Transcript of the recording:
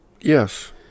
Yes